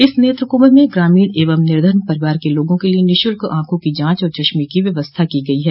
इस नेत्र कुंभ में ग्रामीण एवं निर्धन परिवार के लोग के लिए निःशुल्क आंखों की जांच और चश्मे की व्यवस्था की गई है